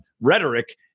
rhetoric